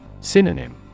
Synonym